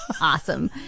awesome